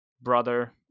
brother